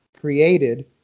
created